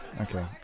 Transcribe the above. okay